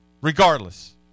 Regardless